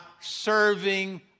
serving